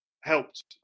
helped